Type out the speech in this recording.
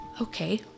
okay